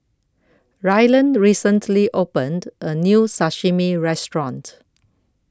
Rylan recently opened A New Sashimi Restaurant